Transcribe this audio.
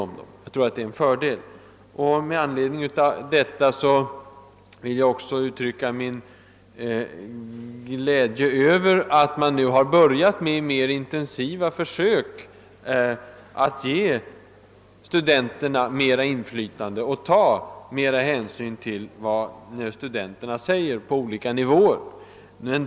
Tvärtom tror jag det är en fördel om regeringen förfar på detta sätt, och jag vill uttrycka min glädje över att regeringen nu gör intensivare: försök att ge studenterna mera inflytande, och söker ta mera hänsyn till vad studenterna på olika nivåer uttalar.